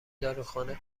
داروخانه